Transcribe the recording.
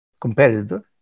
competitor